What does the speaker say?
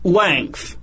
length